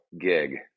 gig